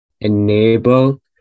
enable